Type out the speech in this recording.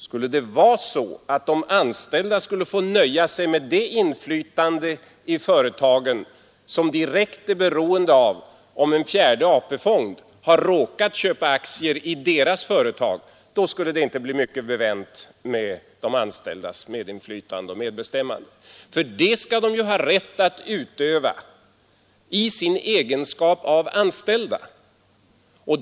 Skulle det vara så att de anställda skulle få nöja sig med det inflytande i företagen som direkt är beroende av om en fjärde AP-fond har råkat köpa aktier i deras företag, då skulle det inte bli mycket bevänt med de anställdas medinflytande och medbestämmande. Det skall de ju ha rätt att utöva i sin egenskap av anställda.